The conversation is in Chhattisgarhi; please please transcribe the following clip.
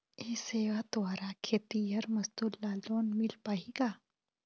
ये सेवा द्वारा खेतीहर मजदूर ला लोन मिल पाही का?